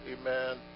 amen